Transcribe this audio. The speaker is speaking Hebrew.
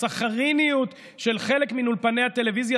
הסכריניות של חלק מאולפני הטלוויזיה,